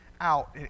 out